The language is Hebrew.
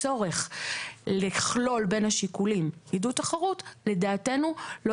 הצורך לכלול בין השיקולים עידוד תחרות - לדעתנו לא